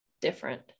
different